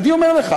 אני אומר לך,